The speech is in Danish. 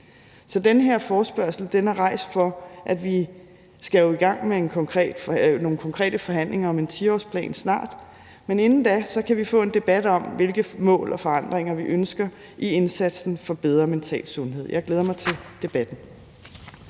Så den her forespørgsel er rejst, fordi vi jo snart skal i gang med nogle konkrete forhandlinger om en 10-årsplan, men inden da kan vi få en debat om, hvilke mål og forandringer vi ønsker i indsatsen for bedre mental sundhed. Jeg glæder mig til debatten.